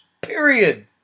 period